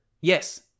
Yes